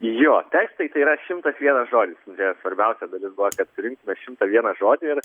jo tekstai tai yra šimtas vienas žodis svarbiausia dalis buvo kad surinktume šimtą vieną žodį ir